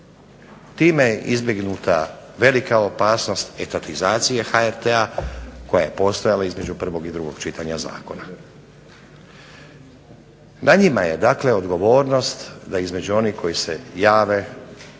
Time je izbjegnuta velika opasnost etatizacije HRT-a, koja je postojala između prvog i drugog čitanja zakona. Na njima je dakle odgovornost da između onih koji se jave